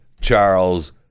Charles